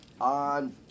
On